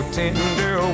tender